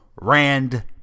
Rand